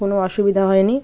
কোনো অসুবিধা হয় নি